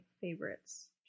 favorites